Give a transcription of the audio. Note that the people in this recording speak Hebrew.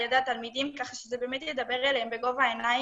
ידי התלמידים כך שזה באמת ידבר אליהם בגובה העיניים.